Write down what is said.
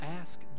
ask